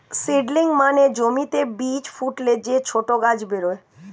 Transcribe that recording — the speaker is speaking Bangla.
সিডলিং মানে জমিতে বীজ ফুটলে যে ছোট গাছ বেরোয়